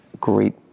great